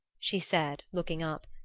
she said, looking up.